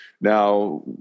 now